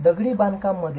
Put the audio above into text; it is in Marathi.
दगडी बांधकाम मध्ये